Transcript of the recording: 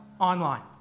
online